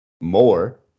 more